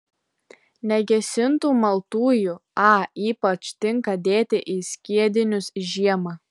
negesintų maltųjų a ypač tinka dėti į skiedinius žiemą